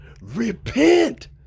repent